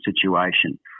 situation